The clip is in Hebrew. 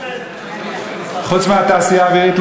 חוץ מהתעשייה האווירית.